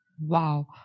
Wow